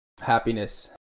Happiness